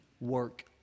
work